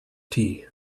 tea